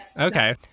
Okay